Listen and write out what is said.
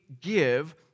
give